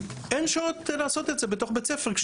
אין שעות לעשות את זה בתוך בית הספר.